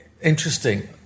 interesting